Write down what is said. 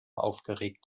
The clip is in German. aufgeregt